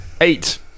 eight